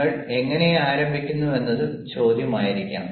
നിങ്ങൾ എങ്ങനെ ആരംഭിക്കുന്നുവെന്നതും ചോദ്യമായിരിക്കാം